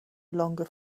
longer